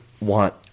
want